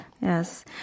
Yes